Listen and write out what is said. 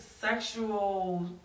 sexual